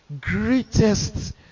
greatest